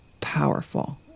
powerful